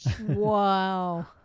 Wow